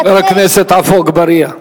חבר הכנסת עפו אגבאריה,